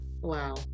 Wow